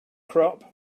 crop